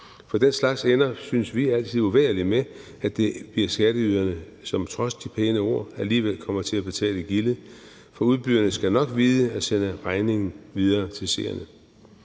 For den slags ender, synes vi, altid uvægerlig med, at det bliver skatteyderne, som trods de pæne ord alligevel kommer til at betale gildet. For udbyderne skal nok vide at sende regningen videre til seerne.